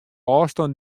ôfstân